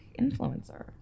influencer